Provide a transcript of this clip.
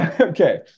Okay